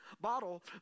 Bottle